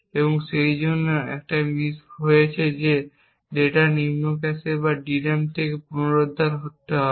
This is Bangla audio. এবং সেইজন্য একটি মিস হয়েছে যে ডেটা নিম্ন ক্যাশে বা DRAM থেকে পুনরুদ্ধার করতে হবে